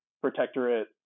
protectorate